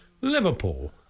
Liverpool